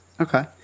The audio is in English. Okay